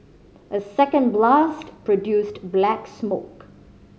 a second blast produced black smoke